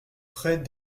près